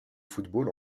football